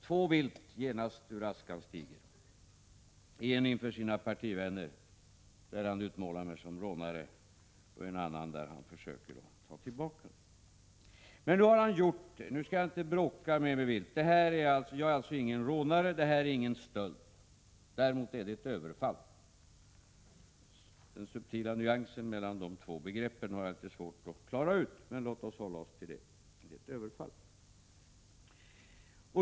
Två Bildt genast ur askan stiger: en som han visar inför sina partivänner och där han utmålar mig som rånare, en annan där han försöker att ta tillbaka det han sagt. Men nu har Bildt alltså tagit tillbaka det, och då skall jag inte bråka mer med honom. Jag är alltså ingen rånare. Det här förslaget innebär alltså ingen stöld. Däremot är det ett överfall — den subtila nyansskillnaden mellan de två begreppen har jag litet svårt att klara ut, men låt oss hålla oss till att det är ett överfall.